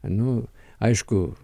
nu aišku